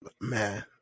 Man